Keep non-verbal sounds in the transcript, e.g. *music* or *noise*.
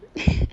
*laughs*